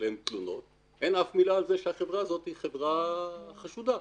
היא חברה חשודה.